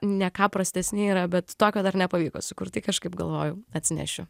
ne ką prastesni yra bet tokio dar nepavyko sukurti kažkaip galvoju atsinešiu